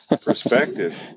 perspective